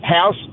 house